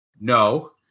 No